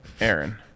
Aaron